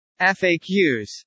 FAQs